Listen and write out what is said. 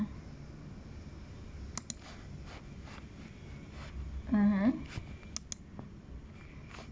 mmhmm